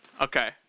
Okay